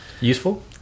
useful